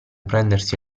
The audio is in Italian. prendersi